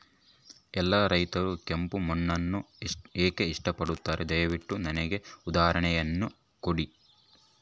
ಎಲ್ಲಾ ರೈತರು ಕೆಂಪು ಮಣ್ಣನ್ನು ಏಕೆ ಇಷ್ಟಪಡುತ್ತಾರೆ ದಯವಿಟ್ಟು ನನಗೆ ಉದಾಹರಣೆಯನ್ನ ಕೊಡಿ?